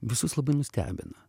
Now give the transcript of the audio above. visus labai nustebina